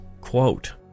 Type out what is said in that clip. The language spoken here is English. quote